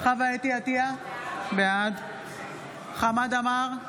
אתי עטייה, בעד חמד עמאר,